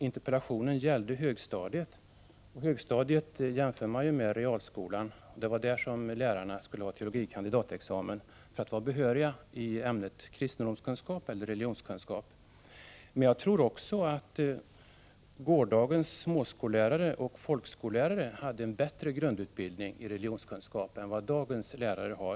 Interpellationen gällde högstadiet, och högstadiet jämför man med realskolan, och det var där som lärarna skulle ha teologie kandidatexamen för att vara behöriga i ämnet kristendomskunskap eller religionskunskap. Men jag tror också att gårdagens småskollärare och folkskollärare hade en bättre grundutbildning i religionskunskap än vad dagens lärare har.